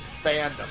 fandom